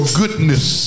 goodness